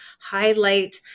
highlight